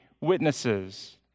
witnesses